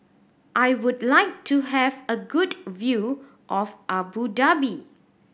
I would like to have a good view of Abu Dhabi